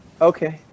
Okay